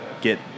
get